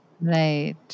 right